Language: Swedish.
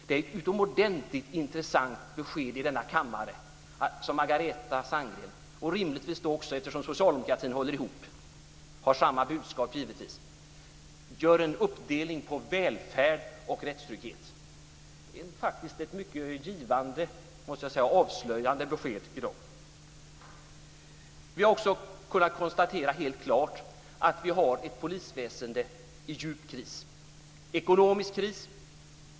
Det är ett utomordentligt intressant besked i denna kammare som Margareta Sandgren och rimligtvis också socialdemokratin ger. Socialdemokratin håller ihop och har givetvis samma budskap. Man gör en uppdelning mellan välfärd och rättstrygghet. Det är faktiskt - måste jag säga - ett mycket avslöjande besked i dag. Vi har också helt klart kunnat konstatera att vi har ett polisväsende i djup ekonomisk kris.